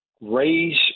raise